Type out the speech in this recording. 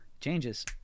changes